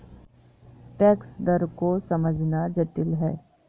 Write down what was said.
tax दर को समझना जटिल है